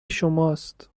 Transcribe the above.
شماست